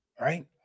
right